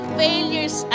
failures